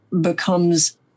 becomes